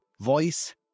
voice